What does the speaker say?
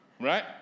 right